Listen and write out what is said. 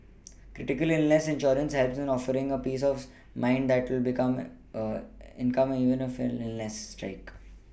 critical illness insurance helps in offering a peace of mind that there will be come income even if illnesses strike